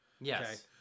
Yes